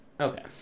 Okay